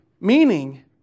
meaning